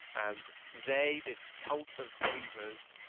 and they, this cult of believers,